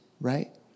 right